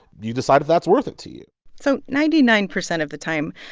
you decide if that's worth it to you so ninety nine percent of the time,